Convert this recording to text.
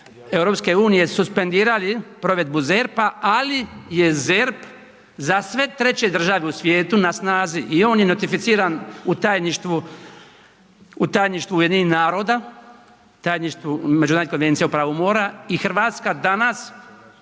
članice EU suspendirali provedbu ZERP-a, ali je ZERP za sve treće države u svijetu na snazi i on je ratificiran u tajništvu UN-a, međunarodnoj Konvenciji o pravu mora i RH danas,